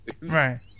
right